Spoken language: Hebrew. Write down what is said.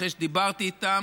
אחרי שדיברתי איתם,